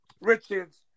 Richards